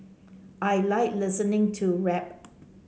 I like listening to rap